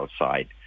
outside